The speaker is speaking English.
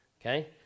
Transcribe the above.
Okay